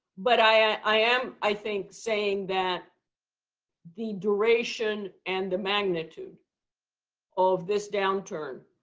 but i am, i think, saying that the duration and the magnitude of this downturn